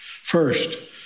First